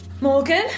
Morgan